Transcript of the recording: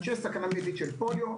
של פוליו,